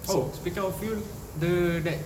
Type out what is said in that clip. oh speaking of fuel the that